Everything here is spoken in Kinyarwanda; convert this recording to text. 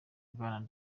bwana